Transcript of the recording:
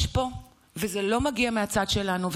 מורדים.